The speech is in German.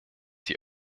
die